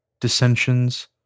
dissensions